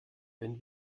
wenn